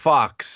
Fox